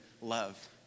love